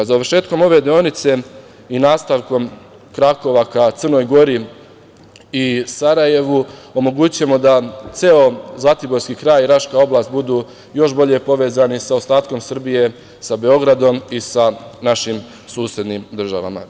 Završetkom ove deonice i nastavkom krakova ka Crnoj Gori i Sarajevu, omogućićemo da ceo Zlatiborski kraj i Raška oblast budu još bolje povezani sa ostatkom Srbije, sa Beogradom i sa našim susednim državama.